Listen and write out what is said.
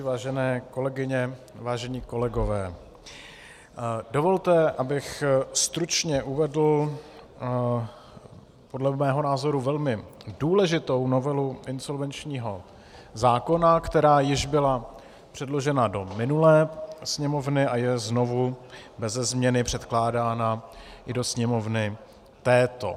Vážené kolegyně, vážení kolegové, dovolte, abych stručně uvedl podle mého názoru velmi důležitou novelu insolvenčního zákona, která již byla předložena do minulé Sněmovny a je znovu beze změny předkládána i do Sněmovny této.